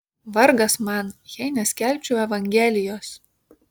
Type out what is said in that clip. vargas man jei neskelbčiau evangelijos